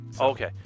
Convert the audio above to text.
Okay